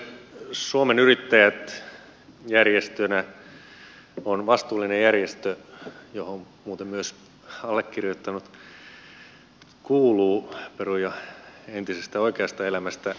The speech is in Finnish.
suomen yrittäjät järjestönä on vastuullinen järjestö johon muuten myös allekirjoittanut kuuluu peruja entisestä oikeasta elämästäni